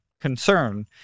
concern